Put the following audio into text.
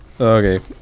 Okay